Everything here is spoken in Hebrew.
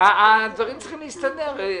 הדברים צריכים להסתדר,